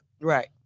right